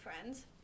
friends